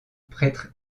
prêtre